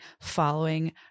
following